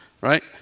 right